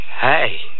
Hey